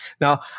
Now